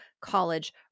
college